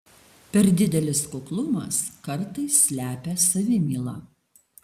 per didelis kuklumas kartais slepia savimylą